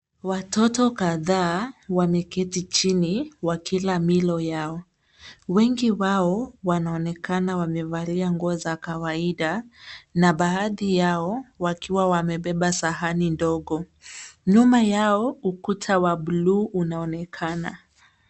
Watoto kadhaa wameketi chini wakila milo yao. Wengi wao wanaonekana wamevalia nguo za kawaida na baadhi yao wakiwa wamebeba sahani ndogo. Nyuma yao ukuta wa buluu unaonekana.